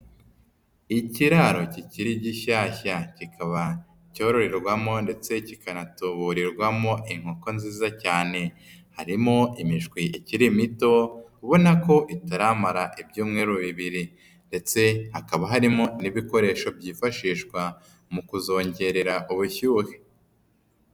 Ikiraro kikiri gishyashya, kikaba cyororerwamo ndetse kikanatuburwamo inkoko nziza cyane. Harimo imishwi ikiriri mito, ubona ko itaramara ibyumweru bibiri. Ndetse hakaba harimo n'ibikoresho byifashishwa, mu kuzongerera ubushyuhe.